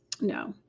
no